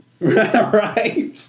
Right